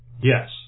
Yes